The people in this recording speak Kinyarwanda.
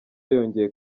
yongeye